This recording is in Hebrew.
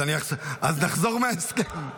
אז נחזור מההסכם.